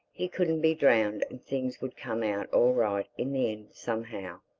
he couldn't be drowned and things would come out all right in the end somehow.